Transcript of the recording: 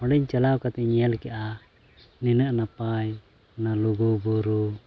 ᱚᱸᱰᱮ ᱪᱟᱞᱟᱣ ᱠᱟᱛᱤᱧ ᱧᱮᱞ ᱠᱮᱫᱟ ᱱᱤᱱᱟᱹᱜ ᱱᱟᱯᱟᱭ ᱚᱱᱟ ᱞᱩᱜᱩ ᱵᱩᱨᱩ